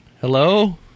Hello